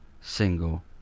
single